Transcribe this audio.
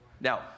Now